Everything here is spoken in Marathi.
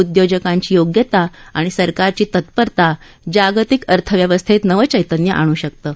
उदयोजकांची योग्यता आणि सरकारची तत्परता जागतिक अर्थव्यवस्थेत नवचैतन्य आणू शकतं